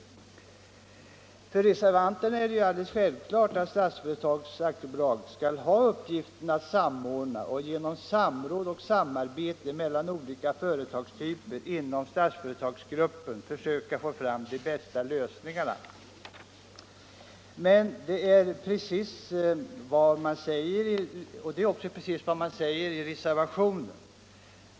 För reservanterna är det alldeles självklart att Statsföretag AB skall ha uppgiften att samordna och genom samråd och samarbete mellan olika företagstyper inom Statsföretagsgruppen försöka få fram de bästa lösningarna. Och det är precis vad man säger i reservationen.